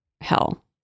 hell